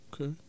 Okay